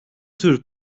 tür